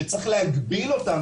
שצריך להגביל אותן,